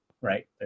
right